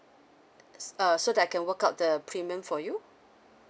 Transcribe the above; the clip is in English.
uh s~ uh so that I can work out the premium for you